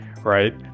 right